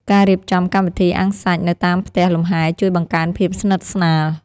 ការរៀបចំកម្មវិធីអាំងសាច់ នៅតាមផ្ទះលំហែជួយបង្កើនភាពស្និទ្ធស្នាល។